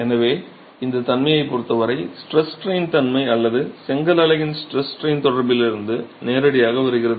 எனவே இந்த தன்மையை பொறுத்தவரை ஸ்ட்ரெஸ் ஸ்ட்ரைன் தன்மை அல்லது செங்கல் அலகின் ஸ்ட்ரெஸ் ஸ்ட்ரைன் தொடர்புலிருந்து நேரடியாக வருகிறது